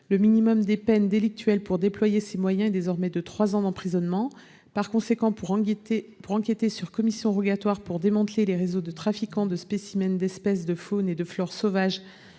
Le minimum des peines délictuelles pour déployer ces moyens est désormais de trois ans d'emprisonnement. Par conséquent, pour enquêter sur commission rogatoire pour démanteler les réseaux de trafiquants de spécimens d'espèces de faune ou de flore sauvages